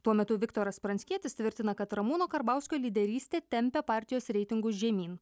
tuo metu viktoras pranckietis tvirtina kad ramūno karbauskio lyderystė tempia partijos reitingus žemyn